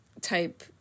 type